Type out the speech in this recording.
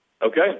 Okay